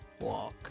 walk